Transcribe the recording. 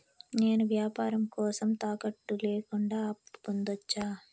నేను వ్యాపారం కోసం తాకట్టు లేకుండా అప్పు పొందొచ్చా?